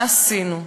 מה עשינו?